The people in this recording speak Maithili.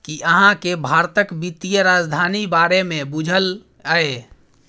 कि अहाँ केँ भारतक बित्तीय राजधानी बारे मे बुझल यै?